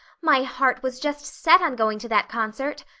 my heart was just set on going to that concert.